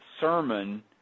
sermon